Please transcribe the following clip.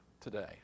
today